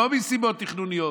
לא מסיבות תכנוניות,